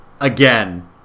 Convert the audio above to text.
again